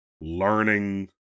learning